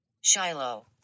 shiloh